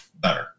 better